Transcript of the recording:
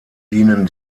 dienen